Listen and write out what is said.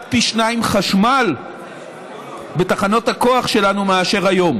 פי שניים חשמל בתחנות הכוח שלנו מאשר היום.